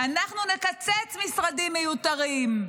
אנחנו נקצץ משרדים מיותרים,